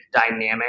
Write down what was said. dynamic